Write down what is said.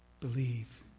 Believe